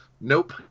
nope